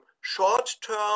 short-term